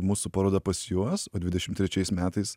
mūsų paroda pas juos o dvidešim trečiais metais